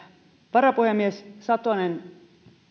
varapuhemies satonen